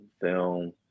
film